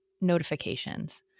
notifications